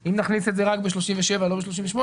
אם נכניס את זה רק בסעיף 37 ולא בסעיף 38